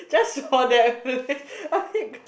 just for that